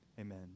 Amen